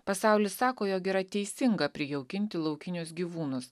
pasaulis sako jog yra teisinga prijaukinti laukinius gyvūnus